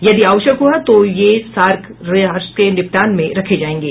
यदि आवश्यक हुआ तो वे सार्क राष्ट्र के निपटान में रखे जाएंगे